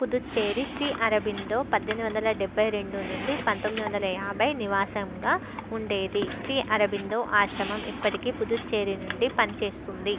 పుదుచ్చేరి శ్రీ అరబిందో పద్దెనిమిది వందల డెభై రెండు నుండి పంతొమ్మిది వందల యాభై నివాసంగా ఉండేది శ్రీ అరబిందో ఆశ్రమం ఇప్పటికీ పుదుచ్చేరి నుండి పనిచేస్తుంది